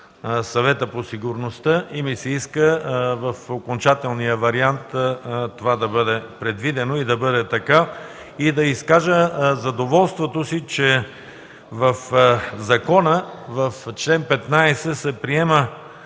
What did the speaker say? Съвета по сигурността. Иска ми се в окончателния вариант това да бъде предвидено, да бъде така. Изказвам задоволството си, че в закона, в чл. 15 се приема